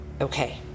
Okay